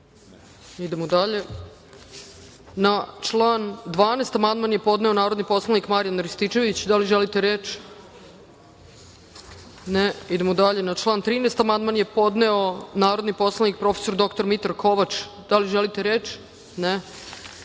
(Ne.)Idemo dalje. Na član 12. amandman je podneo narodni poslanik Marijan Rističević. Da li želite reč? (Ne.)Idemo dalje. Na član 13. amandman je podneo narodni poslanik prof. dr Mitar Kovač. Da li želite reč?